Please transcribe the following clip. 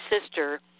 sister